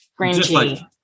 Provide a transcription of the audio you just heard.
cringy